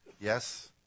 Yes